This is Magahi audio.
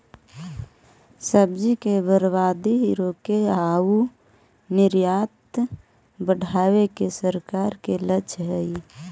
सब्जि के बर्बादी रोके आउ निर्यात बढ़ावे के सरकार के लक्ष्य हइ